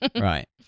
Right